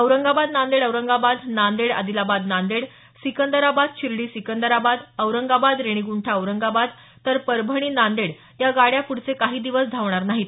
औरंगाबाद नांदेड औरंगाबाद नांदेड आदिलाबाद नांदेड सिकंदराबाद शिर्डी सिकंदराबाद औरंगाबाद रेणीगुंठा औरंगाबाद तर परभणी नांदेड या गाड्या पुढचे काही दिवस धावणार नाहीत